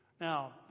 now